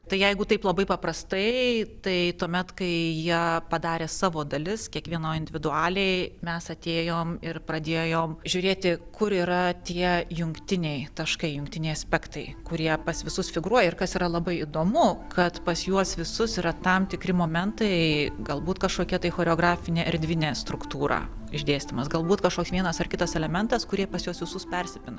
tai jeigu taip labai paprastai tai tuomet kai jie padarė savo dalis kiekvienoj individualiai mes atėjom ir pradėjom žiūrėti kur yra tie jungtiniai taškai jungtiniai aspektai kurie pas visus figūruoja ir kas yra labai įdomu kad pas juos visus yra tam tikri momentai galbūt kažkokia tai choreografinė erdvinė struktūra išdėstymas galbūt kažkoks vienas ar kitas elementas kurie pas juos visus persipina